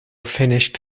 finished